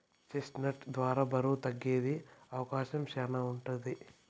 chest నట్ ద్వారా బరువు తగ్గేకి అవకాశం శ్యానా ఉంటది